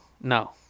No